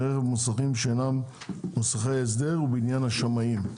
רכב במוסכים שאינם מוסכי הסדר ובעניין השמאים.